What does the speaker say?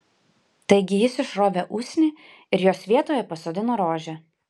taigi jis išrovė usnį ir jos vietoje pasodino rožę